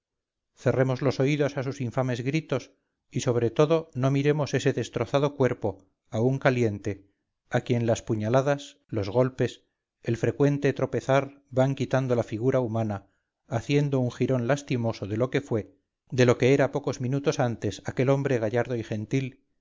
cerremos los oídos a sus infames gritos y sobre todo no miremos ese destrozado cuerpo aún caliente a quien las puñaladas los golpes el frecuente tropezar van quitando la figura humana haciendo un jirón lastimoso de lo que fue de lo que era pocos minutos antes hombre gallardo y gentil